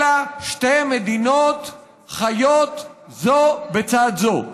אלא שתי מדינות חיות זו בצד זו.